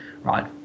right